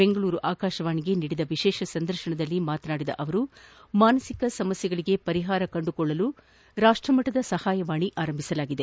ಬೆಂಗಳೂರು ಆಕಾಶವಾಣಿಗೆ ನೀಡಿದ ವಿಶೇಷ ಸಂದರ್ಶನದಲ್ಲಿ ಮಾತನಾಡಿದ ಅವರು ಮಾನಸಿಕ ಸಮಸ್ನೆಗಳಿಗೆ ಪರಿಹಾರ ಕಂಡುಕೊಳ್ಳಲು ರಾಷ್ಟಮಟ್ಟದ ಸಹಾಯವಾಣಿ ಆರಂಭಿಸಲಾಗಿದೆ